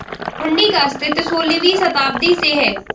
हुंडी का अस्तित्व सोलहवीं शताब्दी से है